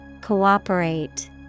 Cooperate